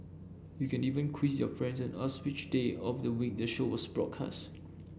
you can even quiz your friends and ask which day of the week the show was broadcast